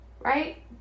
right